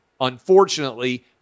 unfortunately